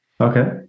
Okay